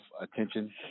attention